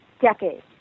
decades